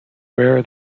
wear